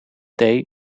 day